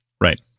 right